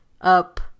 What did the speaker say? up